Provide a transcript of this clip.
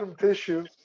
tissue